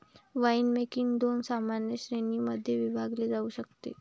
winemaking दोन सामान्य श्रेणीं मध्ये विभागले जाऊ शकते